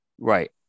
Right